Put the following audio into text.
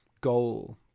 goal